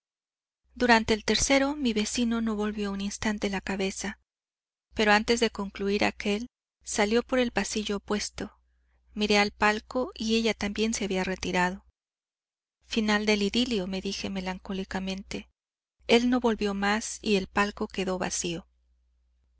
durante el tercero mi vecino no volvió un instante la cabeza pero antes de concluir aquél salió por el pasillo opuesto miré al palco y ella también se había retirado final de idilio me dije melancólicamente el no volvió más y el palco quedó vacío